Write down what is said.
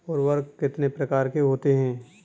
उर्वरक कितने प्रकार के होते हैं?